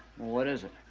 what is it?